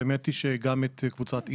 האמת היא שאני מייצג גם את קבוצת Impact.